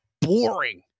boring